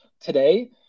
today